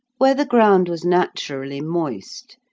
where the ground was naturally moist,